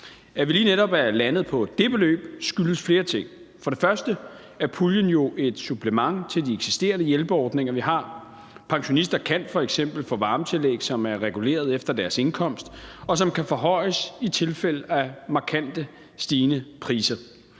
At vi lige netop er landet på det beløb, skyldes flere ting. For det første er puljen jo et supplement til de eksisterende hjælpeordninger, vi har. Pensionister kan f.eks. få et varmetillæg, som er reguleret efter deres indkomst, og som kan forhøjes i tilfælde af markant stigende priser.